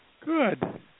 Good